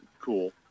cool